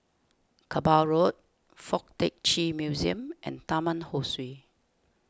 Kerbau Road Fuk Tak Chi Museum and Taman Ho Swee